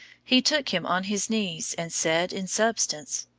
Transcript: he took him on his knees, and said, in substance,